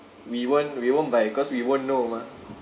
we won't we won't buy cause we won't know mah